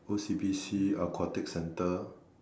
O_C_B_C aquatic center